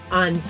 on